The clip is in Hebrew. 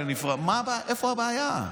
איפה הבעיה?